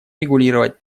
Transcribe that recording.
регулировать